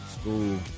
School